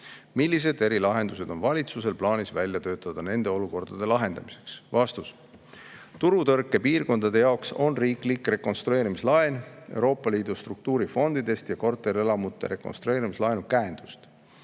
Millised erilahendused on valitsusel plaanis välja töötada nende olukordade lahendamiseks?" Vastus. Turutõrkepiirkondade jaoks on riiklik rekonstrueerimislaen Euroopa Liidu struktuurifondidest ja korterelamute rekonstrueerimislaenu käendus.